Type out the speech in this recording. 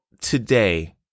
today